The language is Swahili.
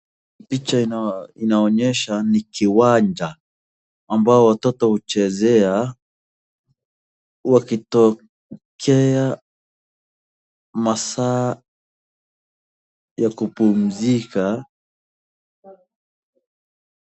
Picha inonyesha kiwanja ambapo watoto huchezea wakitokea masaa ya kupumzika.